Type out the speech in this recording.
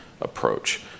approach